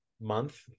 month